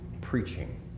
preaching